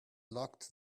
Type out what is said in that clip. locked